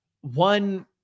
one